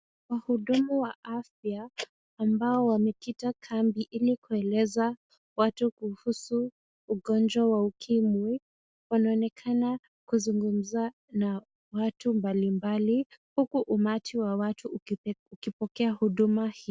Wahudumu wa afya ambao wamekita kambi ili kueleza watu kuhusu ugonjwa ukimwi, wanaonekana kuzungumza na watu mbali mbali huku umati wa watu ukipokea huduma hii.